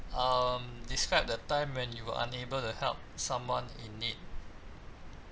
um describe the time when you were unable to help someone in need